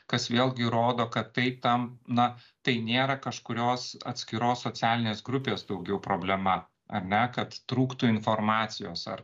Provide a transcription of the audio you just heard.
kas vėlgi rodo kad tai tam na tai nėra kažkurios atskiros socialinės grupės daugiau problema ar ne kad trūktų informacijos ar